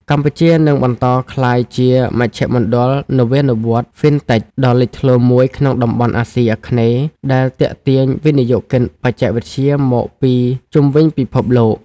កម្ពុជានឹងបន្តក្លាយជាមជ្ឈមណ្ឌលនវានុវត្តន៍ FinTech ដ៏លេចធ្លោមួយក្នុងតំបន់អាស៊ីអាគ្នេយ៍ ដែលទាក់ទាញវិនិយោគិនបច្ចេកវិទ្យាមកពីជុំវិញពិភពលោក។